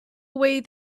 away